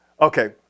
Okay